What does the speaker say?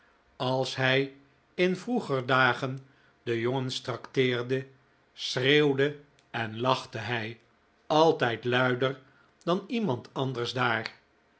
als hij in vroeger dagen de jongens tracteerde schreeuwde en lachte hij altijd luider dan iemand anders daar